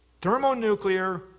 thermonuclear